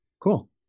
cool